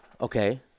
Okay